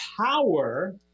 power